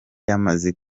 yamaze